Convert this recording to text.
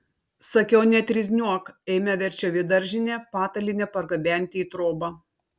sakiau netrizniuok eime verčiau į daržinę patalynę pargabenti į trobą